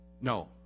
No